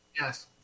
Yes